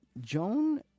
joan